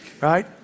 right